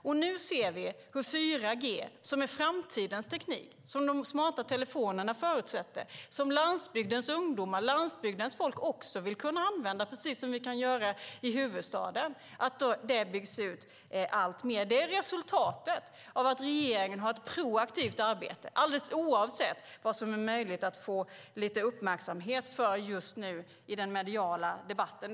Det har skett en utbyggnad av 4G, vilket är framtidens teknik som de smarta telefonerna förutsätter och som landsbygdens folk också vill kunna använda. Det är resultatet av att regeringen har ett proaktivt arbete, alldeles oavsett vad som är möjligt att få uppmärksamhet för i den mediala debatten.